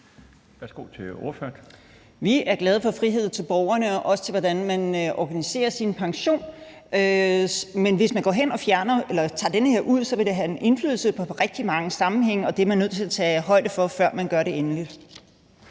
Helle Bonnesen (KF): Vi er glade for frihed til borgerne og også i forhold til, hvordan man organiserer sin pension. Men hvis man går hen og tager den her ud, vil det have indflydelse i rigtig mange sammenhænge, og det er man nødt til at tage højde for, før man gør det endeligt.